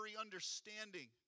understanding